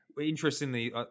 Interestingly